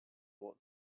was